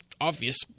obvious